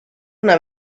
una